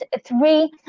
three